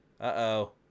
uh-oh